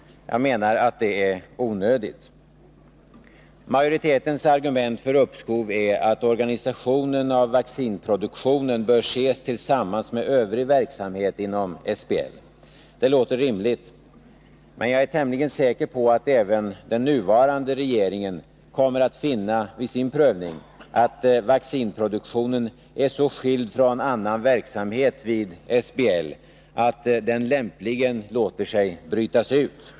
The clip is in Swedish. Jag menar att det är onödigt. Majoritetens argument för ett uppskov är att vaccinproduktionen bör organiseras tillsammans med övrig verksamhet inom SBL. Det låter rimligt, men jag är tämligen säker på att den nuvarande regeringen vid sin prövning kommer att finna att vaccinproduktionen är så skild från annan verksamhet vid SBL att den lämpligen låter sig brytas ut.